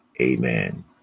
Amen